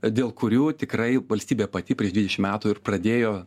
dėl kurių tikrai valstybė pati prieš dvidešim metų ir pradėjo